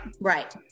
right